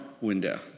window